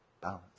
balance